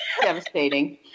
Devastating